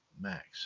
Max